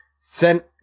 sent